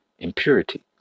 impurity